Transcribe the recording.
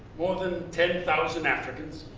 more than ten thousand africans.